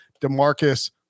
Demarcus